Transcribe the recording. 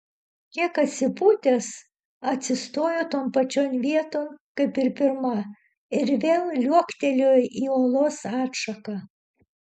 kiek atsipūtęs atsistojo ton pačion vieton kaip ir pirma ir vėl liuoktelėjo į olos atšaką